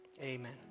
Amen